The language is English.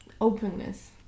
openness